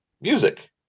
music